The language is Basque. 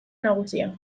nagusia